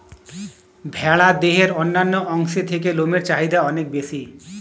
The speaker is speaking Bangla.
ভেড়ার দেহের অন্যান্য অংশের থেকে লোমের চাহিদা অনেক বেশি